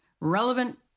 relevant